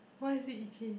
why is it itchy